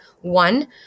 one